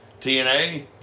TNA